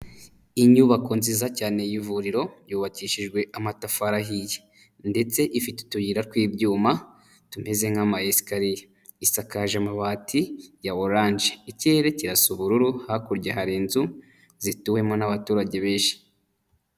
Inyubako nziza cyane y'ivuriro yubakishijwe amatafari ahiye ndetse ifite utuyira tw'ibyuma tumeze nk'amayesikariye, isakaje amabati ya oranje, ikirere kirasa ubururu hakurya hari inzu zituwemo n'abaturage benshi.